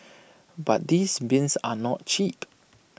but these bins are not cheap